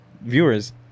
viewers